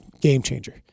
game-changer